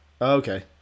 Okay